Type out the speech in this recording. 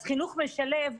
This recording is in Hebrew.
אז חינוך משלב,